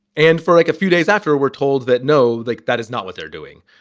and for like a few days after, we're told that, no, like that is not what they're doing.